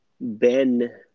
Ben